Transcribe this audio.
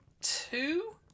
two